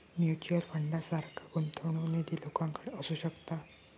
mutual फंडासारखा गुंतवणूक निधी लोकांकडे असू शकता